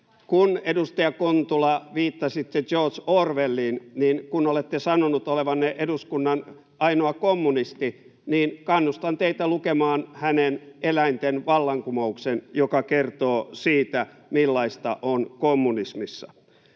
Kun, edustaja Kontula, viittasitte George Orwelliin, niin kun olette sanonut olevanne eduskunnan ainoa kommunisti, kannustan teitä lukemaan hänen ”Eläinten vallankumouksen”, joka kertoo siitä, millaista on kommunismissa.